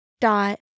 dot